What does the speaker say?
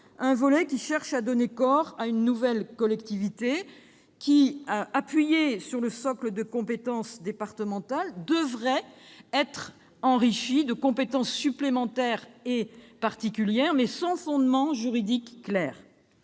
l'objet est, donc, de donner corps à une nouvelle collectivité qui, fondée sur le socle des compétences départementales, devrait être enrichie de compétences supplémentaires et particulières, mais sans fondement juridique clair.